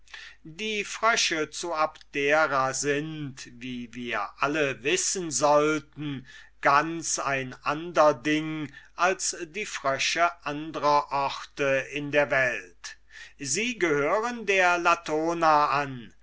die frösche zu abdera sind wie wir alle wissen sollten ganz ein ander ding als die frösche anderer orte in der welt sie gehören der latona an